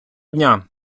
дня